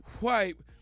wipe